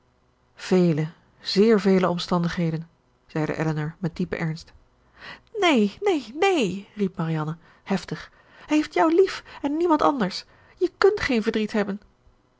vele zéér vele omstandigheden zeide elinor met diepen ernst neen neen neen riep marianne heftig hij heeft jou lief en niemand anders je kunt geen verdriet hebben